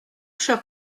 cher